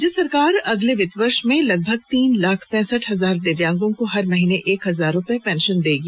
राज्य सरकार अगले वित्तीय वर्ष में लगभग लीन लाख पैंसठ हजार दिव्यांगों को हर माह एक हजार रुपए पेंशन देंगी